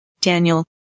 Daniel